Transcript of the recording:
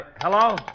hello